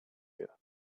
year